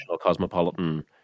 cosmopolitan